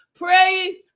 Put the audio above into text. pray